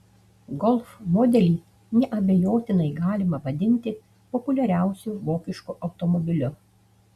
golf modelį neabejotinai galima vadinti populiariausiu vokišku automobiliu